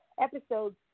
episodes